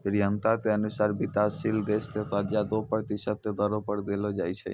प्रियंका के अनुसार विकाशशील देश क कर्जा दो प्रतिशत के दरो पर देलो जाय छै